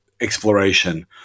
exploration